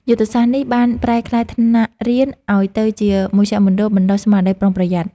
យុទ្ធសាស្ត្រនេះបានប្រែក្លាយថ្នាក់រៀនឱ្យទៅជាមជ្ឈមណ្ឌលបណ្ដុះស្មារតីប្រុងប្រយ័ត្ន។